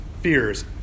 fears